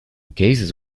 cases